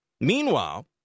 Meanwhile